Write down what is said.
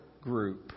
group